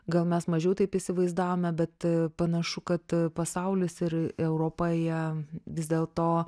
gal mes mažiau taip įsivaizdavome bet panašu kad pasaulis ir europa jie vis dėlto